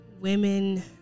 women